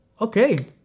Okay